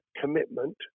commitment